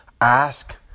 ask